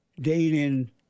dating